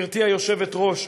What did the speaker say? גברתי היושבת-ראש,